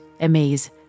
amaze